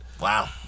Wow